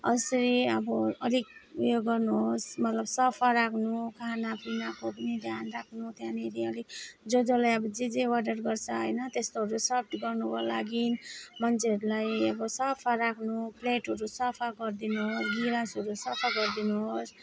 यसरी अब अलिक उयो गर्नु होस् मतलब सफा राख्नु खानापिनाको पनि ध्यान राख्नु त्यहाँनेरि अलिक जस जसले अब जे जे अर्डर गर्छ होइन त्यस्तोहरू सर्भ्ड गर्नुको लागि मान्छेहरूलाई अब सफा राख्नु प्लेटहरू सफा गरिदिनु ग्लासहरू सफा गरिदिनु होस्